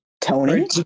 Tony